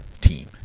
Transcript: team